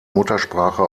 muttersprache